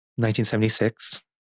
1976